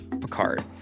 Picard